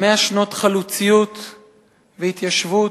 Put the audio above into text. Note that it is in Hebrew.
100 שנות חלוציות והתיישבות,